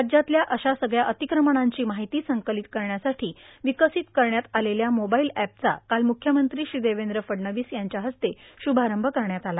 राज्यातल्या अशा सगळ्या अतिक्रमणांची माहिती संकलित करण्यासाठी विकसित करण्यात आलेल्या मोबाईल एपचा काल मुख्यमंत्री श्री देवेंद्र फडणवीस यांच्या हस्ते शुभारंभ करण्यात आला